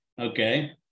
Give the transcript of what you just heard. Okay